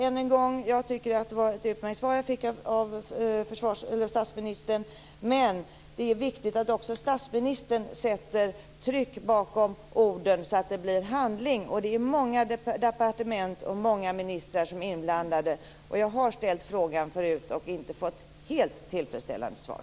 Än en gång: Det var ett utmärkt svar jag fick av statsministern. Men det är viktigt att också statsministern sätter tryck bakom orden så att det blir handling. Det är många departement och många ministrar som är inblandade. Jag har ställt frågan förut och inte fått helt tillfredsställande svar.